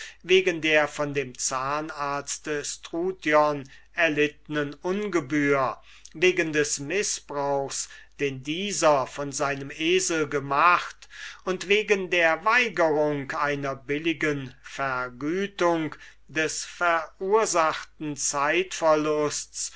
wegen der von dem zahnarzt struthion erlittnen ungebühr wegen des mißbrauchs den dieser von seinem esel gemacht und wegen der weigerung einer billigen vergütung des dadurch verursachten